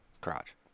crotch